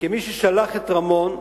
כמי ששלח את רמון,